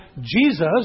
Jesus